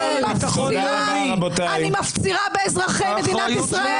אני מפצירה באזרחי מדינת ישראל